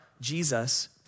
Jesus